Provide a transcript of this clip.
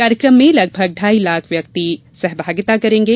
कार्यक्रम में लगभग ढाई लाख व्यक्ति सहभागिता करेंगे